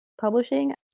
publishing